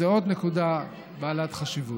זו עוד נקודה בעלת חשיבות.